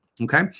Okay